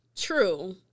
true